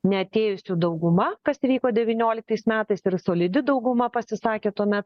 neatėjusių dauguma kas įvyko devynioliktais metais ir solidi dauguma pasisakė tuomet